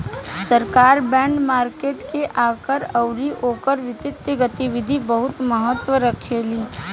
सरकार bond market के आकार अउरी ओकर वित्तीय गतिविधि बहुत महत्व रखेली